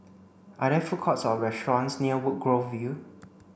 are there food courts or restaurants near Woodgrove View